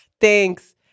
thanks